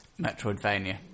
Metroidvania